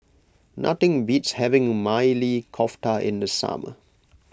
nothing beats having Maili Kofta in the summer